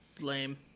Lame